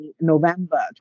November